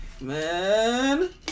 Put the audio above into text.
Man